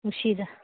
ꯅꯨꯡꯁꯤꯗ